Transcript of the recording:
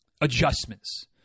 adjustments